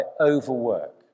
overwork